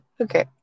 Okay